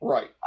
Right